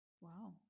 Wow